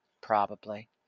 Probably